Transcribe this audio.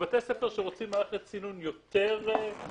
ובתי ספר שרוצים מערכת סינון יותר חזקה,